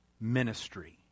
ministry